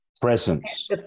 Presence